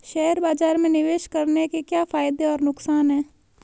Share बाज़ार में निवेश करने के क्या फायदे और नुकसान हैं?